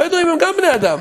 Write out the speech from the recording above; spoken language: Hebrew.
הבדואים הם גם בני-אדם,